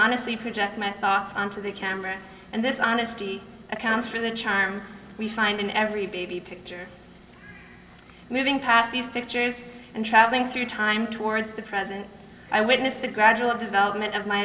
innocence project my thoughts on to the camera and this accounts for the charm we find in every baby picture moving past these pictures and travelling through time towards the present i witnessed the gradual development of my